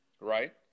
Right